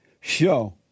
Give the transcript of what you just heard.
show